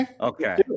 Okay